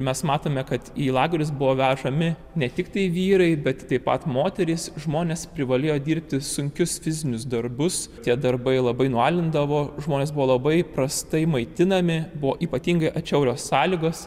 mes matome kad į lagerius buvo vežami ne tiktai vyrai bet taip pat moterys žmonės privalėjo dirbti sunkius fizinius darbus tie darbai labai nualindavo žmonės buvo labai prastai maitinami buvo ypatingai atšiaurios sąlygos